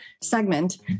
segment